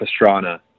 Pastrana